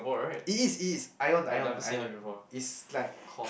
it is it is Ion Ion Ion is like